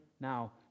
now